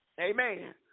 Amen